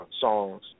songs